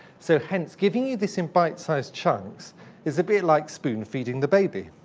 so hence, giving you this in bite-sized chunks is a bit like spoon feeding the baby.